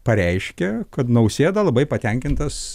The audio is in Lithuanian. pareiškė kad nausėda labai patenkintas